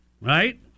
Right